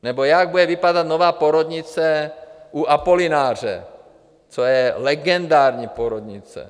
Nebo jak bude vypadat nová porodnice U Apolináře, legendární porodnice.